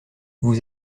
vous